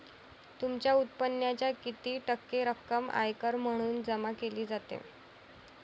तुमच्या उत्पन्नाच्या किती टक्के रक्कम आयकर म्हणून जमा केली जाते?